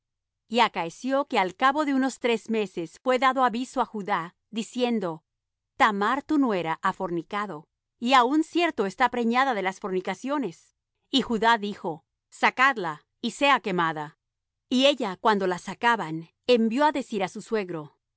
y acaeció que al cabo de unos tres meses fué dado aviso á judá diciendo thamar tu nuera ha fornicado y aun cierto está preñada de las fornicaciones y judá dijo sacadla y sea quemada y ella cuando la sacaban envió á decir á su suegro